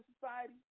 society